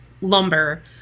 lumber